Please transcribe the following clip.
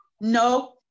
No